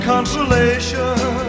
consolation